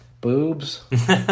boobs